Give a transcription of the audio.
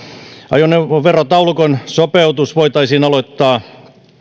ajoneuvoverotaulukon sopeutus voitaisiin aloittaa